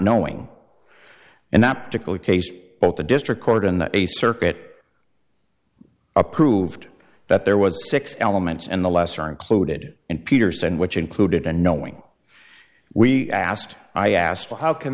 knowing in that particular case both the district court and a circuit approved that there was six elements and the lesser included in peterson which included a knowing we asked i asked well how can